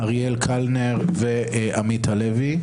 אריאל קלנר ועמית הלוי,